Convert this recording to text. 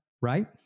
right